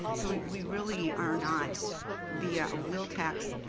so we really are not via a wheel tax